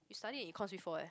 you study in econs before eh